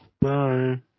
Bye